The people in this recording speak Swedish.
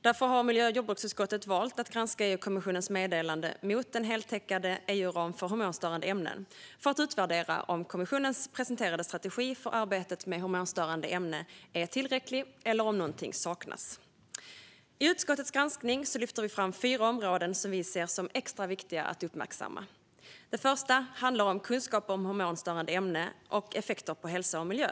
Därför har utskottet valt att granska EU-kommissionens meddelande Mot en heltäckande EU-ram för hormonstörande ämnen för att utvärdera om kommissionens presenterade strategi för arbetet med hormonstörande ämnen är tillräcklig eller om något saknas. I utskottets granskning lyfter vi fram fyra områden som vi ser som extra viktiga att uppmärksamma. Det första handlar om kunskap om hormonstörande ämnen och effekter på hälsa och miljö.